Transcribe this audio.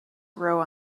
grow